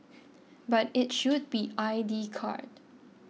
but it should be I D card